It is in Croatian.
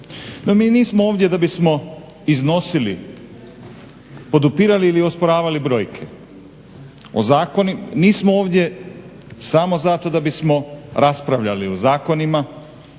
mi nismo ovdje da bismo iznosili, podupirali ili osporavali brojke, nismo ovdje samo zato da bismo raspravljali o zakonima